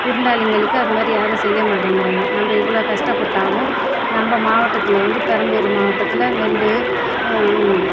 விருந்தாளிகளுக்கு அது மாதிரி யாரும் செய்ய மாட்டேங்கிறாங்க நம்ம இவ்வளோ கஷ்டப்பட்டாலும் நம்ம மாவட்டத்தில் வந்து பெரம்பூர் மாவட்டத்தில் நெல்